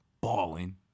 Balling